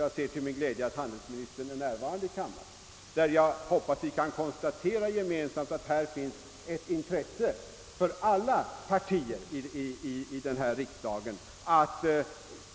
Jag ser till min glädje att handelsministern är närvarande i kammaren, och jag hoppas att vi gemensamt kan konstatera, att det är av intresse för alla partier i riksdagen att